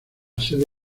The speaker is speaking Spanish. sede